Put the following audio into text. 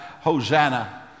Hosanna